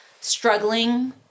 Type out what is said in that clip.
struggling